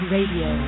Radio